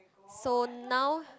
so now